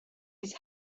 his